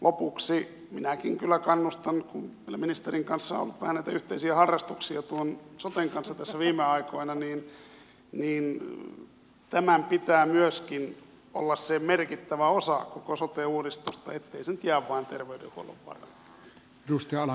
lopuksi minäkin kyllä kannustan siihen kun ministerin kanssa on vähän näitä yhteisiä harrastuksia tuon soten kanssa tässä viime aikoina että tämän pitää myöskin olla se merkittävä osa koko sote uudistusta ettei se nyt jää vain terveydenhuollon varaan